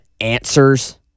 answers